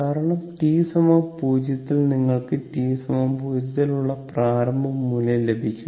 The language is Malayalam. കാരണം t t 0 ൽ നിങ്ങൾക്ക് t 0 ൽ ഉള്ള പ്രാരംഭ മൂല്യം ലഭിക്കണം